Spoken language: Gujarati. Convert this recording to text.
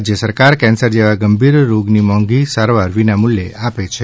રાજ્ય સરકાર કેન્સર જેવા ગંભીર રોગની મોંધી સારવાર વિનામૂલ્યે આપે છે